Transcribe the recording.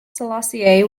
selassie